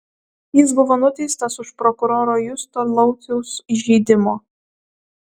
jis buvo nuteistas už prokuroro justo lauciaus įžeidimo